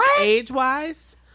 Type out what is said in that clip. age-wise